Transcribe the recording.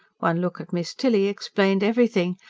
one look at miss tilly explained everything,